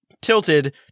Tilted